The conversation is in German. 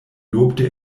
lobte